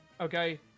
Okay